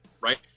right